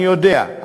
אני יודע,